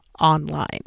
online